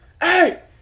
Hey